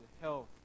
health